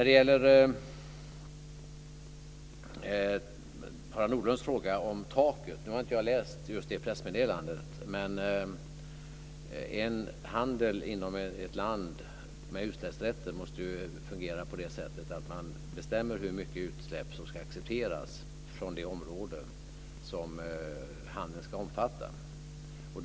Så till Harald Nordlunds fråga om taket. Jag har inte läst just det pressmeddelandet. Men handeln inom ett land med utsläppsrätter måste ju fungera så att man bestämmer hur mycket utsläpp som ska accepteras från det område som handeln ska omfatta.